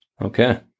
Okay